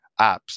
apps